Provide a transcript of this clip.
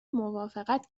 موافقت